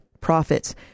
profits